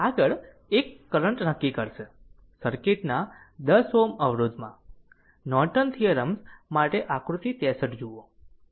આગળ એક કરંટ નક્કી કરશે સર્કિટ ના 10 Ω અવરોધમાં નોર્ટન થીયરમ્સ માટે આકૃતિ 63 જુઓ